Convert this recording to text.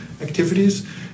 activities